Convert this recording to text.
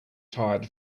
tired